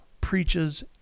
preaches